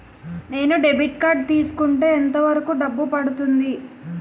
నేను debit card తీసుకుంటే ఎంత వరకు డబ్బు పడుతుంది?